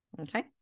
Okay